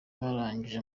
barangije